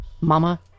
Mama